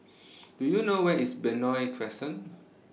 Do YOU know Where IS Benoi Crescent